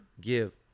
give